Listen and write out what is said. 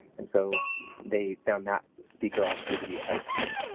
and so they found that speaker also to be excellent.